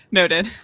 Noted